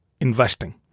investing